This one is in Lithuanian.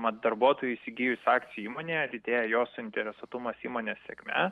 mat darbuotojui įsigijus akcijų įmonėje didėja jo suinteresuotumas įmonės sėkme